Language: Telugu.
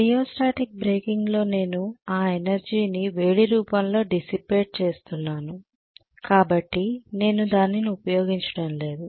రియోస్టాటిక్ బ్రేకింగ్లో నేను ఆ ఎనర్జీని వేడి రూపంలో డిస్సిపేట్ చేస్తున్నాను కాబట్టి నేను దానిని ఉపయోగించడం లేదు